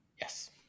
Yes